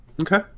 Okay